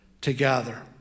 together